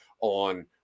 on